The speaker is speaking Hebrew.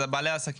זה בעלי העסקים.